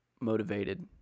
motivated